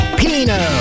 pino